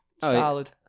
solid